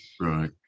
Right